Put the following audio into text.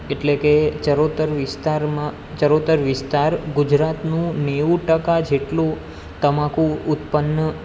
એટલે કે ચરોતર વિસ્તારમાં ચરોતર વિસ્તાર ગુજરાતનું નેવું ટકા જેટલું તમાકુ ઉત્પન્ન